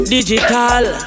Digital